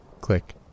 Click